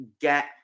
get